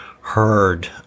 heard